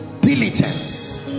Diligence